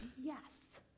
yes